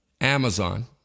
Amazon